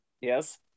Yes